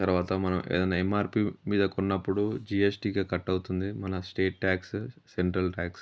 తర్వాత మనం ఏదన్నా ఎంఆర్పీ మీద కొన్నప్పుడు జీఎస్టీకె కట్ అవుతుంది మన స్టేట్ ట్యాక్స్ సెంట్రల్ ట్యాక్స్